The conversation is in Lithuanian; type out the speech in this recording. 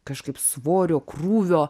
kažkaip svorio krūvio